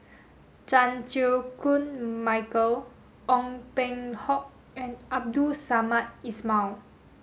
Chan Chew Koon Michael Ong Peng Hock and Abdul Samad Ismail